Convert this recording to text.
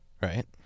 Right